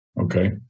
Okay